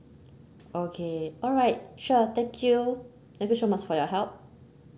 okay alright sure thank you thank you so much for your help